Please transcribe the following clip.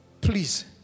Please